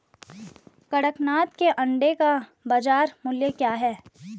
कड़कनाथ के अंडे का बाज़ार मूल्य क्या है?